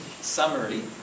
summary